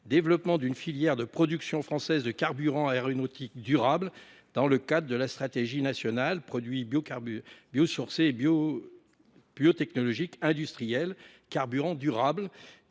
développement d’une filière de production française de carburants aéronautiques durables, dans le cadre de la stratégie nationale « Produits biosourcés et biotechnologies industrielles Carburants durables